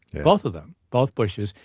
both of them, both bushes.